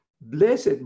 Blessed